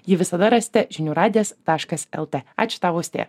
ji visada rasite žinių radijas taškas el t ačiū tau austėja